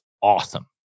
awesome